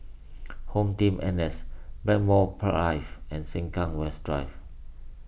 HomeTeam N S Blackmore and Sengkang West Drive